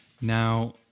Now